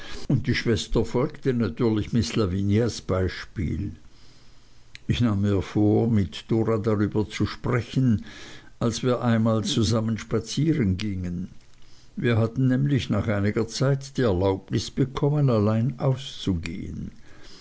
und die schwester folgte natürlich miß lavinias beispiel ich nahm mir vor mit dora darüber zu sprechen als wir einmal zusammen spazieren gingen wir hatten nämlich nach einiger zeit die erlaubnis bekommen allein auszugehen